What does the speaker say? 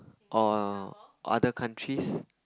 or other countries